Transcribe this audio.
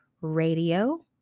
Radio